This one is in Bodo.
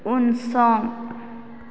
उनसं